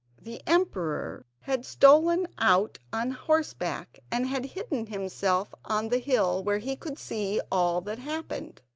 the emperor had stolen out on horseback, and had hidden himself on the hill, where he could see all that happened.